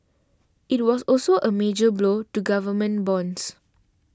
it was also a major blow to government bonds